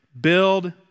build